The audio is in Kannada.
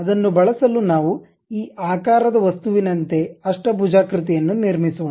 ಅದನ್ನು ಬಳಸಲು ನಾವು ಈ ಆಕಾರದ ವಸ್ತುವಿನಂತೆ ಅಷ್ಟಭುಜಾಕೃತಿ ಯನ್ನು ನಿರ್ಮಿಸೋಣ